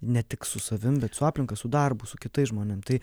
ne tik su savim bet su aplinka su darbu su kitais žmonėm tai